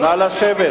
התש"ע